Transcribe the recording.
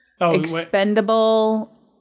expendable